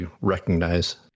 recognize